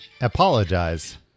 Apologize